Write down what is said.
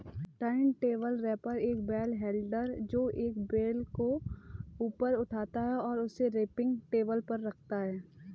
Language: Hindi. टर्नटेबल रैपर एक बेल हैंडलर है, जो एक बेल को ऊपर उठाता है और उसे रैपिंग टेबल पर रखता है